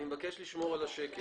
אני מבקשת להעיר